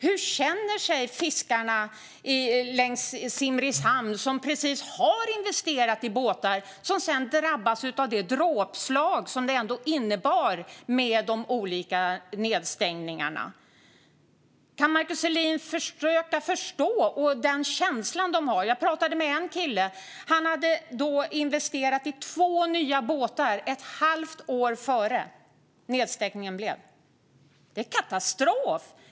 Hur känner sig fiskarna i Simrishamn, som precis har investerat i båtar och sedan drabbats av det dråpslag som de olika nedstängningarna ändå innebar? Kan Markus Selin försöka att förstå den känsla de har? Jag pratade med en kille som hade investerat i två nya båtar ett halvår före nedstängningen. Det är katastrof!